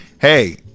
hey